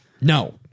no